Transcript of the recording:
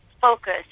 focus